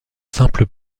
simple